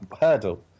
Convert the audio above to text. hurdle